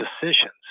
decisions